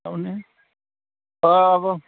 थारमाने अ बुं